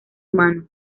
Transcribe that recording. humano